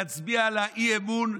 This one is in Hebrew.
נצביע עליה אי-אמון,